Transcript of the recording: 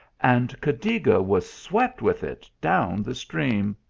and cadiga was swept with it down the stream.